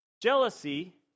jealousy